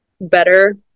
better